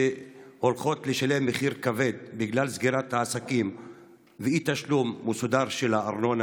שהולכות לשלם מחיר כבד בגלל סגירת העסקים ואי-תשלום מסודר של הארנונה,